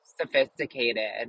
sophisticated